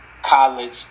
College